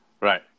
Right